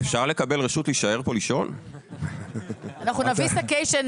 תיקון סעיף 21 17. בסעיף 21 לחוק העיקרי,